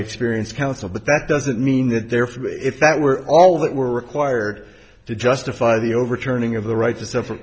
experienced counsel but that doesn't mean that they're free if that were all that were required to justify the overturning of the right to suffer